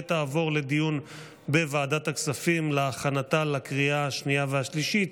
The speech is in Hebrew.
ותעבור לדיון בוועדת הכספים להכנתה לקריאה השנייה והשלישית.